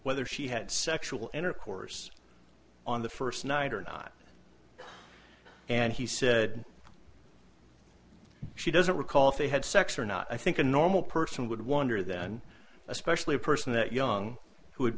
whether she had sexual intercourse on the first night or not and he said she doesn't recall if they had sex or not i think a normal person would wonder then especially a person that young who would